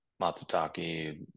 matsutake